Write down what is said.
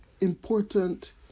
important